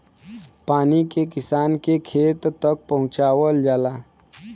पानी के किसान के खेत तक पहुंचवाल जाला